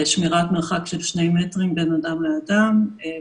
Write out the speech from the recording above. שמירת מרחק של שני מטרים בין אדם לאדם וכו'.